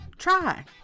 try